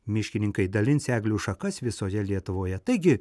miškininkai dalins eglių šakas visoje lietuvoje taigi